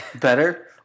Better